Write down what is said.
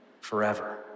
forever